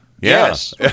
Yes